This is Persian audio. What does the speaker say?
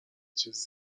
چیز